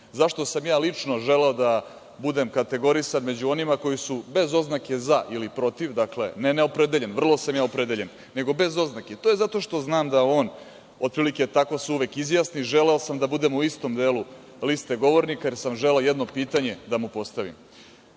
Zašto sam ja lično želeo da budem kategorisan među onima koji su bez oznake „za“ ili „protiv“, ne „neopredeljen“, vrlo sam opredeljen, nego bez oznake, to je zato što znam da se on uvek tako izjasni, želeo sam da budemo u istom delu liste govornika, jer sam želeo jedno pitanje da mu postavim.